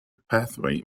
pathway